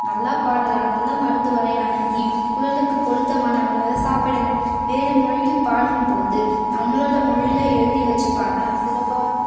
நல்லாப் பாடலாம் நல்ல மருத்துவரை அணுகி குரலுக்கு பொருத்தமான உணவை சாப்பிடலாம் வேறு மொழியில் பாடும் போது நம்மளோடய மொழியில் எழுதி வச்சுப் பாடினா சிறப்பாக இருக்கும்